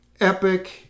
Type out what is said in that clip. Epic